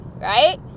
right